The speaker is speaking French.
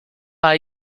par